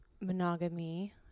monogamy